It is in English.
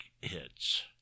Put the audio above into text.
hits